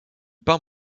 peint